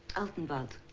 altenwald.